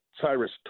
Cyrus